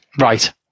Right